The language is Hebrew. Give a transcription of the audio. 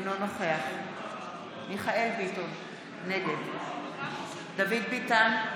אינו נוכח מיכאל מרדכי ביטון, נגד דוד ביטן,